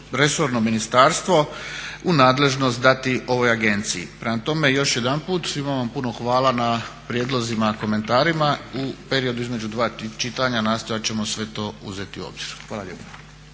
resorno ministarstvo u nadležnost dati ovoj agenciji. Prema tome, još jedanput svima vam puno hvala na prijedlozima i komentarima. U periodu između dva čitanja nastojat ćemo sve to uzeti u obzir. Hvala lijepa.